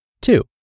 Two